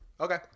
Okay